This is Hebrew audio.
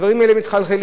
הדברים האלה מחלחלים.